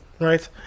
right